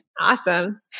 Awesome